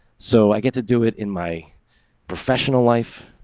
so i get to do it in my professional life,